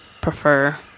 prefer